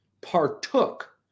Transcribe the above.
partook